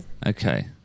Okay